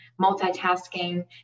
multitasking